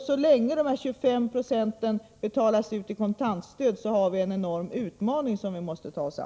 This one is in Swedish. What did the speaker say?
Så länge som dessa 25 96 betalas ut i kontantstöd har vi en enorm utmaning, som vi måste anta.